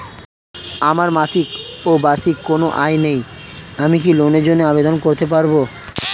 আমার মাসিক বা বার্ষিক কোন আয় নেই আমি কি লোনের জন্য আবেদন করতে পারব?